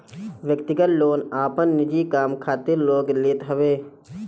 व्यक्तिगत लोन आपन निजी काम खातिर लोग लेत हवे